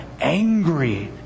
angry